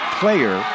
player